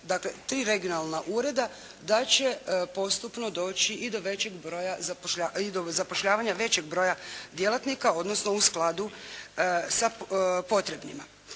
dakle tri regionalna ureda, da će postupno doći i do zapošljavanja većeg broja djelatnika odnosno u skladu sa potrebnima.